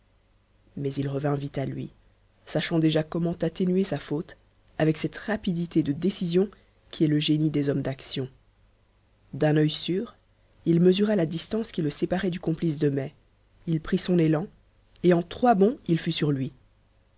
mais il revint vite à lui sachant déjà comment atténuer sa faute avec cette rapidité de décision qui est le génie des hommes d'action d'un œil sûr il mesura la distance qui le séparait du complice de mai il prit son élan et en trois bonds il fut sur lui